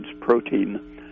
protein